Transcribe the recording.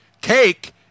cake